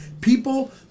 People